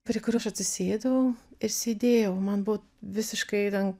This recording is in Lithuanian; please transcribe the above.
prie kurio aš atsisėdau ir sėdėjau man buvo visiškai ten